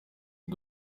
ati